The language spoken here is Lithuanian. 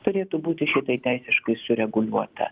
turėtų būti šitai teisiškai sureguliuota